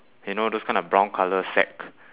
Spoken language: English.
you know those kind of brown colour sack